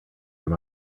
your